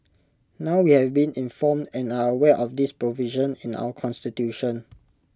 now we have been informed and are aware of this provision in our Constitution